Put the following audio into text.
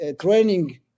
training